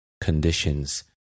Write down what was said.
conditions